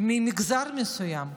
ממגזר מסוים.